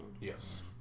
Yes